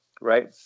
right